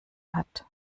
hat